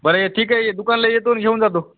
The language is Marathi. बरं आहे ठीक आहे ये दुकानाला येतो घेऊन जातो